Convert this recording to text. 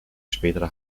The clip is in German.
spätere